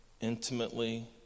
intimately